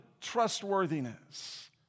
trustworthiness